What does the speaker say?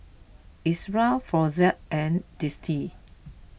Ezerra Floxia and Dentiste